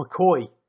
McCoy